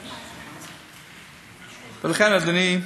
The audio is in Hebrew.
ולכן, אדוני,